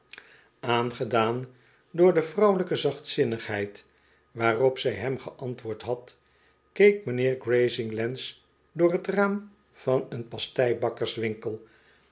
aangedaan door de vrouwelijke zachtzinnigheid waarop zij hem geantwoord had keek mijnheer grazinglands door t raam van een